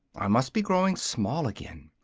i must be growing small again.